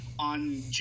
On